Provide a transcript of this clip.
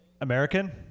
american